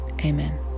amen